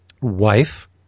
wife